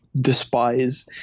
despise